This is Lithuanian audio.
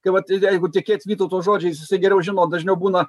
kai vat jeigu tikėt vytauto žodžiais jisai geriau žino dažniau būna